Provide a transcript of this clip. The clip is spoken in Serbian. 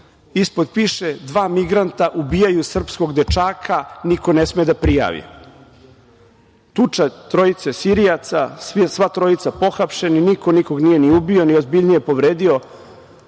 ispod piše – dva migranta ubijaju srpskog dečaka, niko ne sme da prijavi. Tuča trojice Sirijaca, sva trojica pohapšeni, niko nikog nije ubio, ni ozbiljnije povredio,